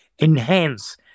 Enhance